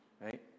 right